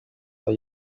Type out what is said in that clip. war